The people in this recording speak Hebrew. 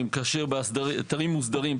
כאשר באתרים מוסדרים,